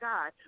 God